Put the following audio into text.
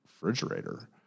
refrigerator